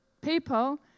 people